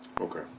okay